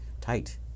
tight